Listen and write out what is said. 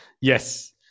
Yes